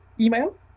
email